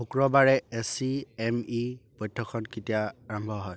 শুক্ৰবাৰে A C M ই বৈঠকখন কেতিয়া আৰম্ভ হয়